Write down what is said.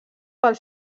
pel